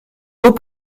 aux